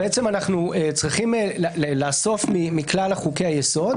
אנחנו צריכים לאסוף מכלל חוקי היסוד,